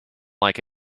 like